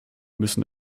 müssen